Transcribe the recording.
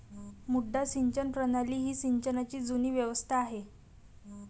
मुड्डा सिंचन प्रणाली ही सिंचनाची जुनी व्यवस्था आहे